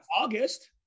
August